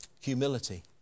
Humility